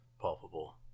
palpable